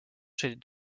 chez